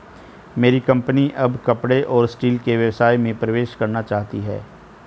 मेरी कंपनी अब कपड़े और स्टील के व्यवसाय में प्रवेश करना चाहती है